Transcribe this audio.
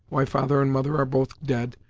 why father and mother are both dead,